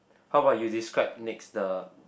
how about you describe next the